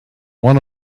one